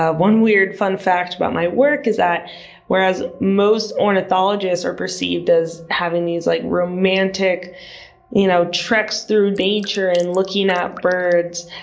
ah one weird, fun fact about my work is that whereas most ornithologists are perceived as having these, like, romantic you know treks through nature and looking at birds,